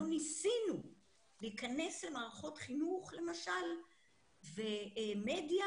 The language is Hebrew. לא ניסינו להיכנס למערכות חינוך למשל וכמובן מדיה